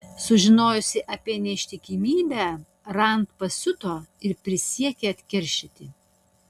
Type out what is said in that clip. sužinojusi apie neištikimybę rand pasiuto ir prisiekė atkeršyti